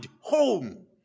home